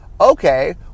Okay